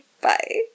Bye